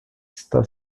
está